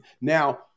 now